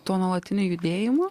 tuo nuolatiniu judėjimu